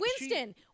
Winston